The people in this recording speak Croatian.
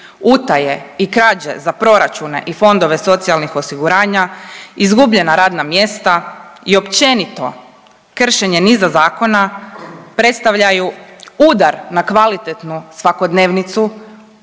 utaje i krađe za proračune i fondove socijalnih osiguranja, izgubljena radna mjesta i općenito kršenje niza zakona predstavljaju udar na kvalitetnu svakodnevnicu